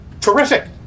terrific